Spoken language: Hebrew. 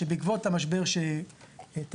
שבעקבות המשבר שתקף,